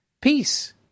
peace